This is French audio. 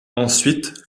ensuite